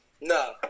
No